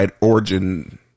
origin